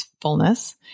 fullness